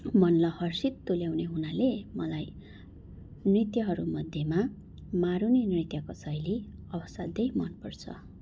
मनलाई हर्षित तुल्याउने हुनाले मलाई नृत्यहरूमध्येमा मारुनी नृत्यको शैली असाध्यै मनपर्छ